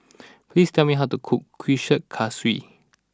please tell me how to cook Kuih Kaswi